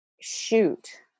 shoot